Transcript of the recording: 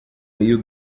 meio